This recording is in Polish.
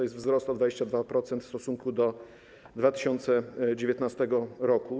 Jest to wzrost o 22% w stosunku do 2019 r.